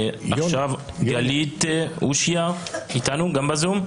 גלית הושיאר נמצאת איתנו בזום.